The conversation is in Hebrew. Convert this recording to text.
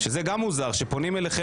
מוזר שכשפונים אליכם,